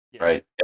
Right